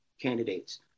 candidates